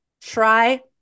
Try